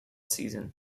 season